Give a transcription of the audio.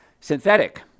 Synthetic